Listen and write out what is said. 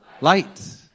light